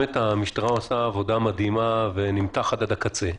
באמת המשטרה עושה עבודה מדהימה ונמתחת עד הקצה.